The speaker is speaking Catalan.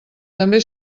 també